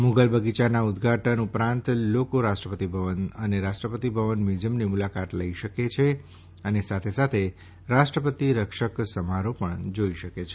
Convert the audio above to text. મુગલ બગીચાના ઉદઘાટન ઉપરાંત લોકો રાષ્ટ્રપતિ ભવન અને રાષ્ટ્રપતિ ભવન મ્યુઝિયમની મુલાકાત લઈ શકે છે અને સાથે સાથે રાષ્ટ્રપતિ રક્ષક સમારોહ પણ જોઇ શકે છે